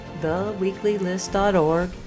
theweeklylist.org